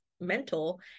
mental